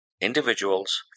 individuals